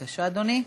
בבקשה, אדוני.